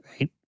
right